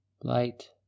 Light